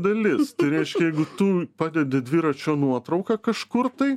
dalis tai reiškia jeigu tu padedi dviračio nuotrauką kažkur tai